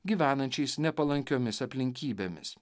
gyvenančiais nepalankiomis aplinkybėmis